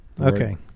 Okay